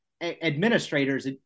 administrator's